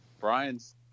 Brian's